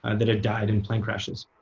and that had died in plane crashes.